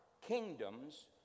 kingdoms